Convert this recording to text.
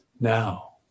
now